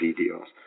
deals